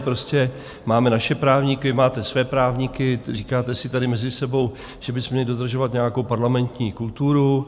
Prostě máme naše právníky, vy máte své právníky, říkáme si tady mezi sebou, že bychom měli dodržovat nějakou parlamentní kulturu.